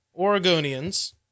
Oregonians